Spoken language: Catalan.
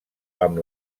amb